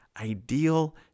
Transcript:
ideal